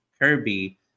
Kirby